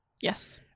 Yes